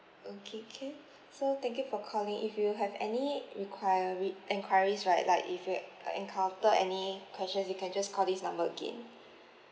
okay can so thank you for calling if you have any requiry enquiries right like if you en~ encounter any question you can just call this number again